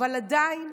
אבל עדיין,